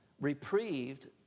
reprieved